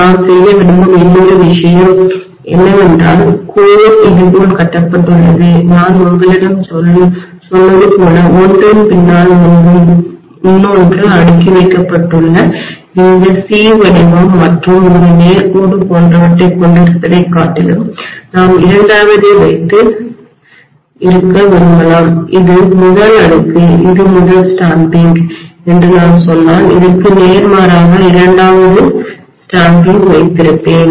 நாம் செய்ய விரும்பும் இன்னொரு விஷயம் என்னவென்றால்கோர் மையம் இதுபோல கட்டப்பட்டுள்ளது நான் உங்களிடம் சொன்னது போல ஒன்றின் பின்னால் இன்னொன்று அடுக்கி வைக்கப்பட்டுள்ள இந்த C வடிவம் மற்றும் ஒரு நேர் கோடு போன்றவற்றைக் கொண்டிருப்பதைக் காட்டிலும் நாம் இரண்டாவதை வைத்து இருக்க விரும்பலாம் இது முதல் அடுக்கு இது முதல் ஸ்டாம்பிங் முத்திரை என்று நான் சொன்னால் இதற்கு நேர்மாறாக இரண்டாவது ஸ்டாம்பிங் முத்திரையை வைத்திருப்பேன்